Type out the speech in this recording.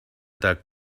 doug